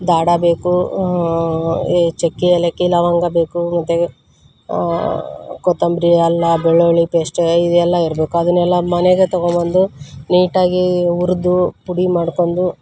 ದಾಡಾ ಬೇಕು ಏ ಚಕ್ಕೆ ಏಲಕ್ಕಿ ಲವಂಗ ಬೇಕು ಮತ್ತೆ ಕೊತ್ತಂಬ್ರಿ ಅಲ್ಲ ಬೆಳ್ಳುಳ್ಳಿ ಪೇಸ್ಟ ಇದೆಲ್ಲ ಇರಬೇಕು ಅದನ್ನೆಲ್ಲ ಮನೆಗೆ ತೊಗೊಬಂದು ನೀಟಾಗಿ ಹುರ್ದು ಪುಡಿ ಮಾಡ್ಕೊಂಡು